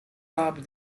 robbed